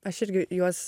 aš irgi juos